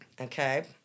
Okay